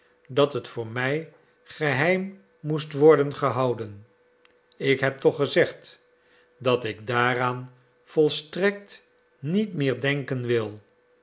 dat het voor mij geheim moest worden gehouden ik heb toch gezegd dat ik daaraan volstrekt niet meer denken wil